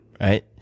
right